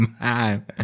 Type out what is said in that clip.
man